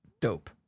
dope